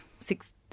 six